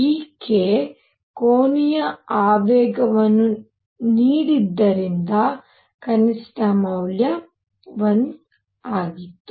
ಈ k ಕೋನೀಯ ಆವೇಗವನ್ನು ನೀಡಿದ್ದರಿಂದ ಕನಿಷ್ಠ ಮೌಲ್ಯ 1 ಆಗಿತ್ತು